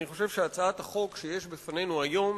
אני חושב שהצעת החוק שיש בפנינו היום